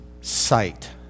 sight